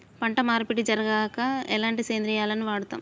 పంట మార్పిడి జరిగాక ఎలాంటి సేంద్రియాలను వాడుతం?